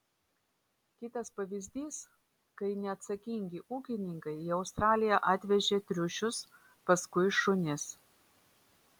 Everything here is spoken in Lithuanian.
kitas pavyzdys kai neatsakingi ūkininkai į australiją atvežė triušius paskui šunis